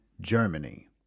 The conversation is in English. Germany